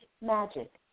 magic